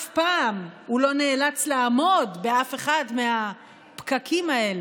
ואף פעם הוא לא נאלץ לעמוד באף אחד מהפקקים האלה.